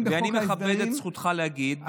אני מכבד את זכותך להגיד,